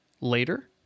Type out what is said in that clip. later